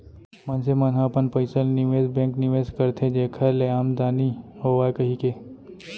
मनसे मन ह अपन पइसा ल निवेस बेंक निवेस करथे जेखर ले आमदानी होवय कहिके